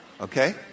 Okay